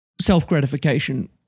Self-gratification